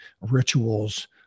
rituals